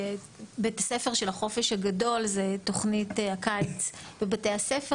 בית הספר של החופש הגדול זו תוכנית הקיץ בבתי הספר,